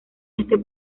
este